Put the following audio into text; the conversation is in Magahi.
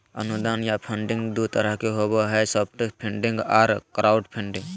अनुदान या फंडिंग दू तरह के होबो हय सॉफ्ट फंडिंग आर क्राउड फंडिंग